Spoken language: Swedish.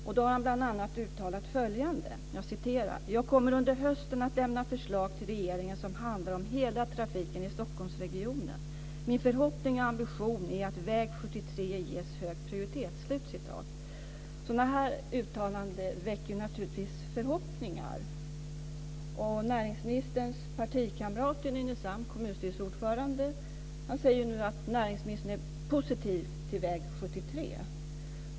Då uttalade han bl.a. följande: Jag kommer under hösten att lämna förslag till regeringen som handlar om hela trafiken i Stockholmsregionen. Min förhoppning och ambition är att väg 73 ges hög prioritet. Sådana här uttalanden väcker naturligtvis förhoppningar. Näringsministerns partikamrat i Nynäshamn, kommunstyrelsens ordförande, säger nu att näringsministern är positiv till väg 73.